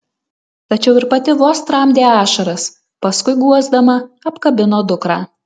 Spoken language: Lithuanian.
tačiau ir pati vos tramdė ašaras paskui guosdama apkabino dukrą